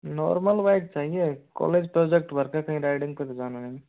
normal bike चाहिए college project work riding पर जाना है